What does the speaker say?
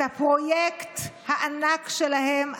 את הפרויקט הענק שלהם.